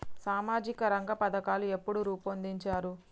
సామాజిక రంగ పథకాలు ఎప్పుడు రూపొందించారు?